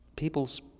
people's